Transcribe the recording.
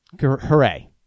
hooray